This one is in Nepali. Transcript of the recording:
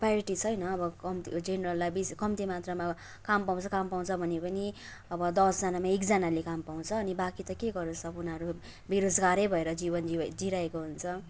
प्रायोरिटी छैन अब कम्ती जेनरललाई बेसी कम्ती मात्रामा काम पाउँछ काम पाउँछ भनी भनी अब दसजनामा एकजनाले काम पाउँछ अनि बाँकी त के गरोस् अब उनीहरू बेरोजगारै भएर जीवन जीव जिइरहेको हुन्छ